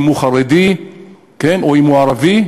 אם הוא חרדי או אם הוא ערבי,